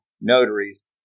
notaries